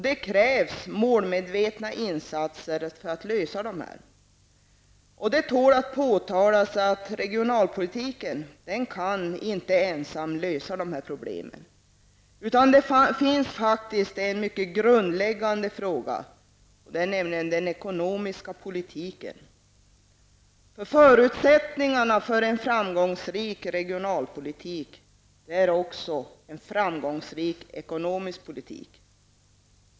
Det krävs målmedvetna insatser för att lösa dessa. Det tål att påtalas att man inte kan lösa dessa problem enbart med hjälp av regionalpolitiken. Mycket grundläggande är faktiskt den ekonomiska politiken. Förutsättningarna för en framgångsrik regionalpolitik är en framgångsrik ekonomisk politik.